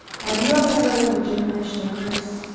have you ever heard of a generational curse?